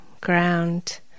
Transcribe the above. ground